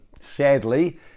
Sadly